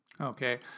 Okay